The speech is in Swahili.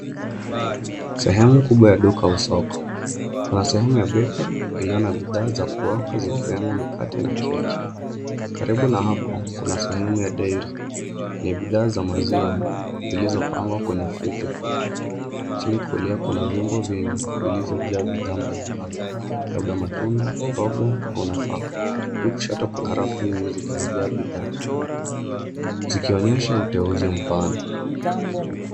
Sehemu kubwa ya duka au soko, kuna sehemu ya Bakery iliyo na bidhaa za kuoka zikiwemo mikate na keki. Karibu na hapo kuna sehemu ya Dairy ya bidhaa za maziwa zilizopangwa kwenye friji kubwa. Chini kulia kuna vyombo vingi vililvyojaa bidhaa mbalimbali labda matunda, mboga au nafaka. Juu kushoto kuna rafu nyingi zilizojaa bidhaa zikionyesha uteuzi mpana.